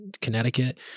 Connecticut